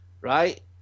right